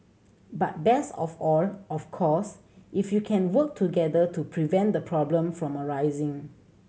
but best of all of course if you can work together to prevent the problem from arising